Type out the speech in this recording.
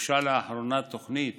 הוגשה לאחרונה תוכנית